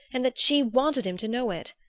and that she wanted him to know it!